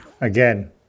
again